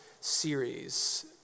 series